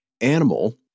animal